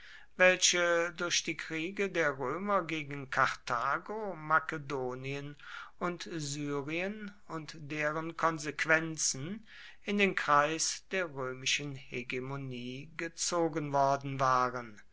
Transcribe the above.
welche durch die kriege der römer gegen karthago makedonien und syrien und deren konsequenzen in den kreis der römischen hegemonie gezogen worden waren